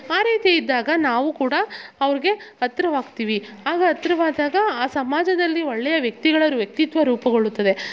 ಆ ರೀತಿ ಇದ್ದಾಗ ನಾವು ಕೂಡ ಅವ್ರಿಗೆ ಹತ್ರವಾಗ್ತಿವಿ ಆಗ ಹತ್ರವಾದಾಗ ಆ ಸಮಾಜದಲ್ಲಿ ಒಳ್ಳೆಯ ವ್ಯಕ್ತಿಗಳ ವ್ಯಕ್ತಿತ್ವ ರೂಪುಗೊಳ್ಳುತ್ತದೆ